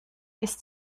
ist